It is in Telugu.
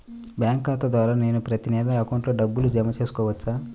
బ్యాంకు ఖాతా ద్వారా నేను ప్రతి నెల అకౌంట్లో డబ్బులు జమ చేసుకోవచ్చా?